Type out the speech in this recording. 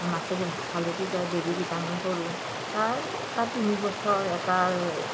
মাছে দি ভাত খালোঁ তেতিয়া বেবীকেইটা মোৰ কৰোঁ তাৰ তাত তিনি বছৰ এটাৰ